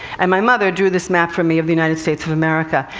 and my mother drew this map for me of the united states of america,